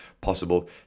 possible